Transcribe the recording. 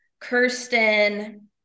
Kirsten